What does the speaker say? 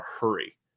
hurry